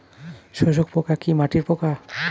শোষক পোকা কি মাটির পোকা?